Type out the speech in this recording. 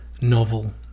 novel